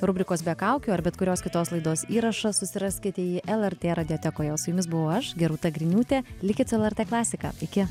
rubrikos be kaukių ar bet kurios kitos laidos įrašą susiraskite jį lrt radiotekoje o su jumis buvau aš ge rūta griniūtė likit su lrt klasika iki